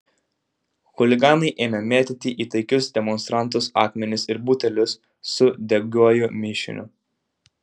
chuliganai ėmė mėtyti į taikius demonstrantus akmenis ir butelius su degiuoju mišiniu